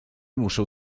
muszą